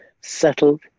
settled